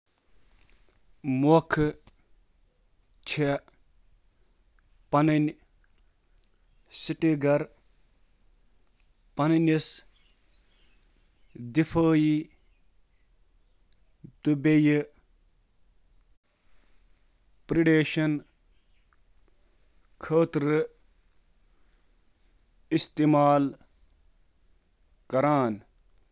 مکھہٕ چھِ پنٕنۍ سٹنگر پنُن تہٕ پنٕنۍ چھتہٕ بچاونہٕ خٲطرٕ استعمال کران: